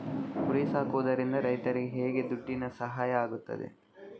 ಕುರಿ ಸಾಕುವುದರಿಂದ ರೈತರಿಗೆ ಹೇಗೆ ದುಡ್ಡಿನ ಸಹಾಯ ಆಗ್ತದೆ?